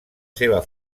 seva